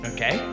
Okay